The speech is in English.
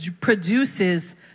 produces